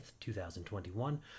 2021